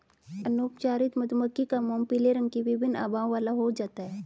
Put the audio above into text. अनुपचारित मधुमक्खी का मोम पीले रंग की विभिन्न आभाओं वाला हो जाता है